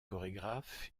chorégraphe